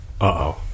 Uh-oh